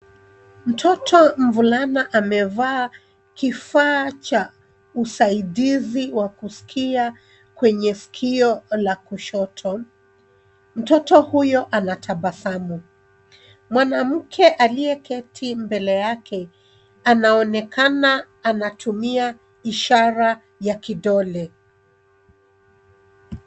Mtoto mvulana amevaa kifaa cha usaidizi wa kusikia kwenye sikio la kushoto. Mtoto huyo anatabasamu. Mwanamke aliyeketi mbele yake anaonekana anatumia ishara ya kidole.